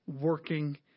working